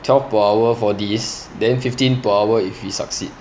twelve per hour for this then fifteen per hour if we succeed